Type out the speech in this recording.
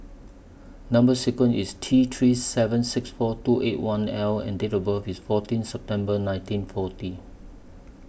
Number sequence IS T three seven six four two eight one L and Date of birth IS fourteen September nineteen forty